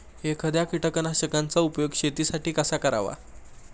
एखाद्या कीटकनाशकांचा उपयोग शेतीसाठी कसा करावा?